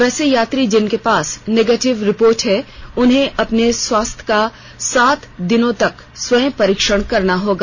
वैसे यात्री जिनके पास नेगेटिव रिपोर्ट है उन्हें अपने स्वास्थ्य का सात दिनों तक स्वयं परीक्षण करना होगा